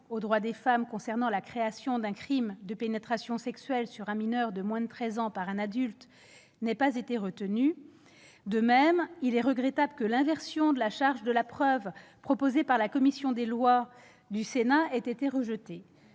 aux droits des femmes concernant la création d'un crime de pénétration sexuelle sur mineur de moins de treize ans par un adulte n'ait pas été retenue. De même, il est regrettable que l'inversion de la charge de la preuve, proposée par la commission des lois du Sénat, ait été rejetée.